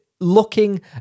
looking